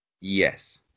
Yes